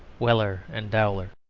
weller and dowler.